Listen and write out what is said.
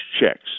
checks